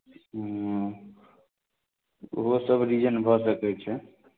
ओहो सब रीजन भऽ सकै छै